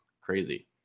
crazy